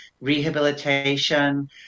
rehabilitation